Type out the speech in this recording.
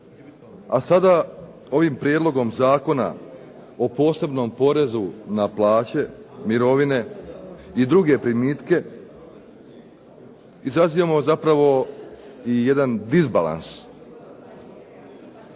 A sada ovim Prijedlogom Zakona o posebnom porezu na plaće, mirovine i druge primitke, izazivamo zapravo i jedan disbalans.